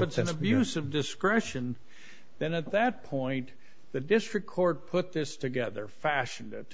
it's and abuse of discretion then at that point the district court put this together fashion that